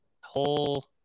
whole